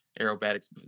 aerobatics